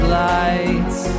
lights